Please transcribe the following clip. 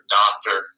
doctor